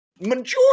majority